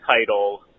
title